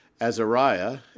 Azariah